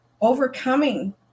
overcoming